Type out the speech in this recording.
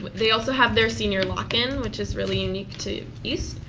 ah they also have their senior lock in, which is really unique to east.